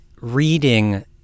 reading